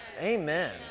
Amen